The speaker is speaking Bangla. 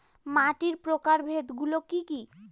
মাটির প্রকারভেদ গুলো কি কী?